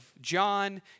john